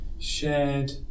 Shared